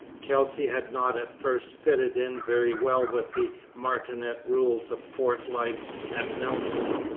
kelsey had not at first fitted in very well with the martinet rules of fort life at nelson,